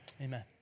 Amen